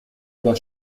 oder